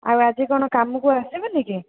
ଆଉ ଆଜି କ'ଣ କାମକୁ ଆସିବୁ ନି କି